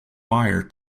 wire